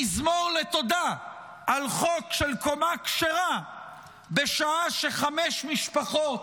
מזמור לתודה על חוק של קומה כשרה בשעה שחמש משפחות